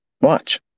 Watch